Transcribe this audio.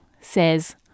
says